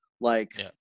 like-